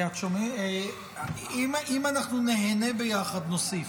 אם אנחנו ניהנה ביחד, נוסיף.